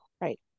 Right